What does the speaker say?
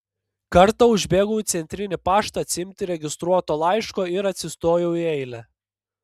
kartą užbėgau į centrinį paštą atsiimti registruoto laiško ir atsistojau į eilę